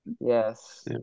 Yes